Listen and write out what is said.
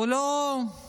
הוא לא בדק